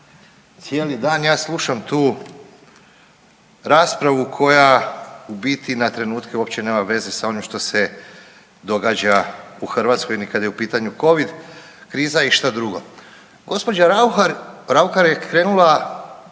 Cijeli dan ja slušam tu raspravu koja u biti na trenutke uopće nema veze sa onim šta se događa u Hrvatskoj ni kad je u pitanju covid, kriza i šta drugo. Gđa. Rauhar, Raukar je krenula